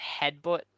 headbutt